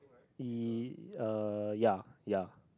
it uh ya ya